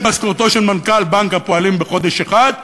משכורתו של מנכ"ל בנק הפועלים בחודש אחד,